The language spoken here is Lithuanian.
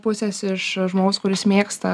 pusės iš žmogaus kuris mėgsta